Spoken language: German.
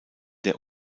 der